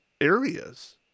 areas